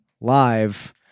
live